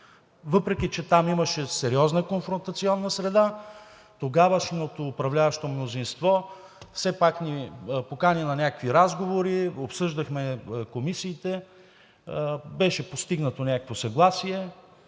Въпреки че там имаше сериозна конфронтационна среда, тогавашното управляващо мнозинство все пак ни покани на някакви разговори, обсъждахме комисиите. Беше постигнато някакво съгласие